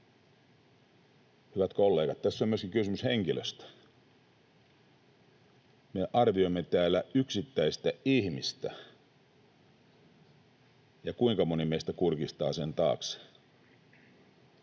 Hyvät kollegat, tässä on myöskin kysymys henkilöstä. Me arvioimme täällä yksittäistä ihmistä, ja kuinka moni meistä kurkistaa sen taakse?